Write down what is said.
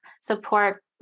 support